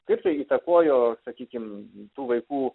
kaip tai įtakojo sakykim tų vaikų